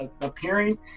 appearing